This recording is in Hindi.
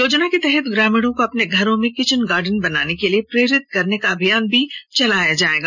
योजना के तहत ग्रामीणों को अपने घरों में किचन गार्डन बनाने के लिए प्रेरित करने का अभियान भी चलाया जाएगा